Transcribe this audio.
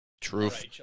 Truth